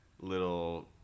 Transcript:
little